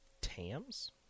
tams